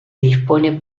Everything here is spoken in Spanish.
dispone